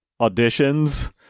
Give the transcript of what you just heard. auditions